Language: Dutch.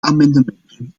amendementen